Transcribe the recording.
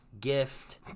gift